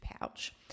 pouch